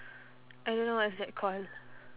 I don't know what's that called